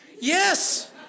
yes